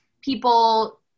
people